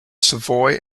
savoy